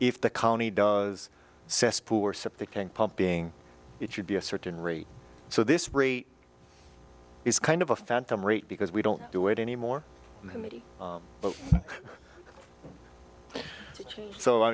if the county cesspool or septic tank pumping it should be a certain rate so this rate is kind of a phantom rate because we don't do it anymore so i